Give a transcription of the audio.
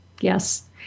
Yes